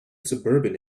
suburban